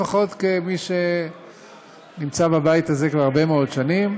לפחות כמי שנמצא בבית הזה כבר הרבה מאוד שנים,